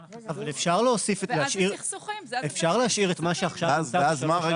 אבל אפשר להשאיר את מה שעכשיו --- רגע,